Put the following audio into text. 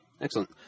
Excellent